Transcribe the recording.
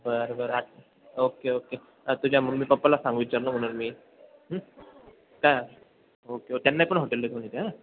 बरं बरं आ ओके ओके तुझ्या मम्मी पप्पाला सांग विचारलं म्हणून मी का ओके त्यांना पण हॉटेलला घेऊन येते हां